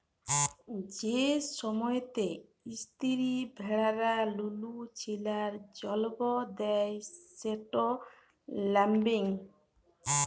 যে সময়তে ইস্তিরি ভেড়ারা লুলু ছিলার জল্ম দেয় সেট ল্যাম্বিং